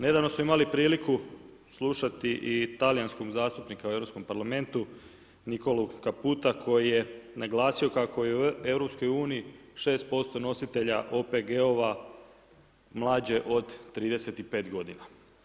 Nedavno smo imali priliku slušati i talijanskog zastupnika u europskom parlamentu Nicolu Caputa, koji je naglasio je u EU 6% nositelja OPG-ova mlađe od 35 godina.